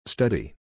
Study